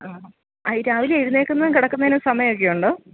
ആഹാ ആ ഈ രാവിലെ എഴുന്നേൽക്കുന്നതിനും കിടക്കുന്നതിനും സമയമൊക്കെ ഉണ്ടോ